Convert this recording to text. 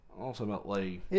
ultimately